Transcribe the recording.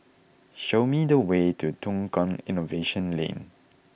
show me the way to Tukang Innovation Lane